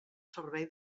servei